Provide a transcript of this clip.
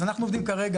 אז אנחנו עובדים כרגע,